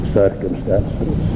circumstances